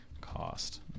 cost